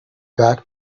back